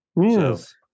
yes